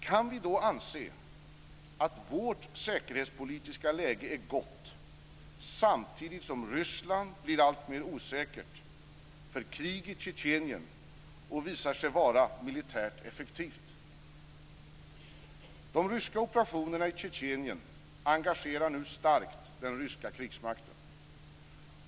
Kan vi då anse att vårt säkerhetspolitiska läge är gott samtidigt som Ryssland blir alltmer osäkert, för krig i Tjetjenien och visar sig vara militärt effektivt? De ryska operationerna i Tjetjenien engagerar nu starkt den ryska krigsmakten.